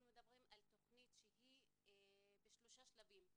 אנחנו מדברים על תכנית שהיא בשלושה שלבים,